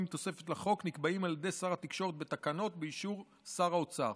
בתוספת לחוק נקבעים על ידי שר התקשורת בתקנות באישור שר האוצר.